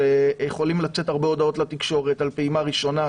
יכולות לצאת הרבה הודעות לתקשורת על פעימה ראשונה,